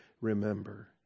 remember